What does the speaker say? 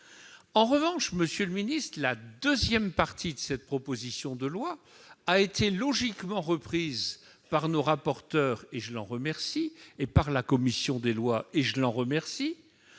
En revanche, la seconde partie de cette proposition de loi a été logiquement reprise par nos rapporteurs et par la commission des lois-